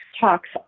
talks